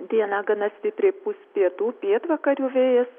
dieną gana stipriai pūs pietų pietvakarių vėjas